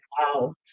wow